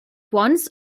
once